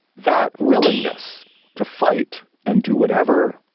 that willingness to fight and do whatever,